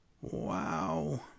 Wow